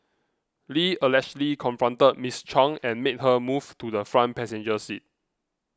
Lee allegedly confronted Miss Chung and made her move to the front passenger seat